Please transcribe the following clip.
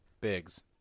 Biggs